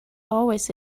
always